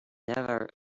never